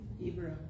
Hebrew